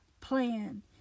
plan